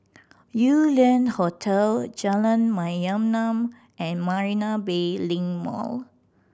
Yew Lian Hotel Jalan Mayaanam and Marina Bay Link Mall